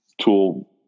tool